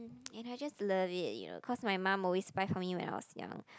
and I just love it you know cause my mum always buy for me when I was young